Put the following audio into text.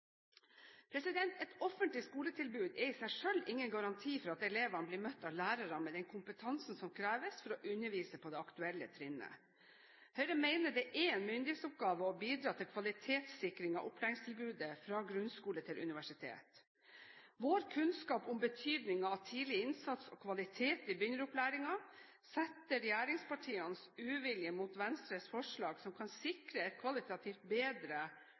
Et offentlig skoletilbud er i seg selv ingen garanti for at elevene blir møtt av lærere med den kompetansen som kreves for å undervise på det aktuelle trinnet. Høyre mener det er en myndighetsoppgave å bidra til kvalitetssikring av opplæringstilbudet, fra grunnskole til universitet. Vår kunnskap om betydningen av tidlig innsats og kvalitet i begynneropplæringen setter regjeringspartienes uvilje mot Venstre forslag, som kan sikre et kvalitativt bedre